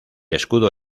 escudo